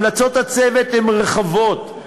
המלצות הצוות הן רחבות.